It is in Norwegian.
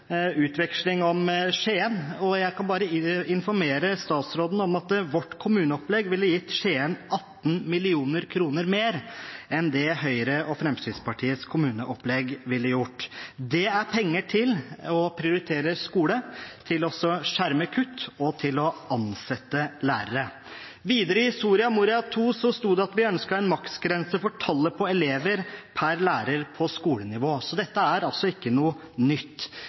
utveksling om Skien. Jeg vil bare informere statsråden om at vårt kommuneopplegg ville gitt Skien 18 mill. kr mer enn det Høyre og Fremskrittspartiets kommuneopplegg ville gjort. Det er penger til å prioritere skole, til å skjerme kutt og til å ansette lærere. Videre i Soria Moria II sto det at vi ønsket en maksgrense for tallet på elever per lærer på skolenivå. Dette er altså ikke noe nytt.